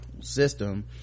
system